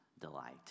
delight